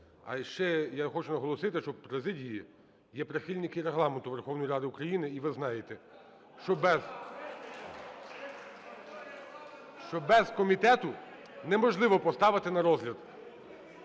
А ще я хочу наголосити, що в президії є прихильники Регламенту Верховної Ради України, і ви знаєте, що без комітету неможливо поставити на розгляд,